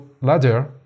ladder